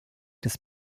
des